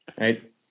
right